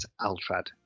Alfred